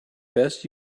best